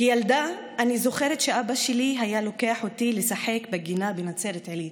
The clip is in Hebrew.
כילדה אני זוכרת שאבא שלי היה לוקח אותי לשחק בגינה בנצרת עילית,